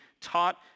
taught